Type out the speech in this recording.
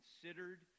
considered